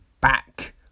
Back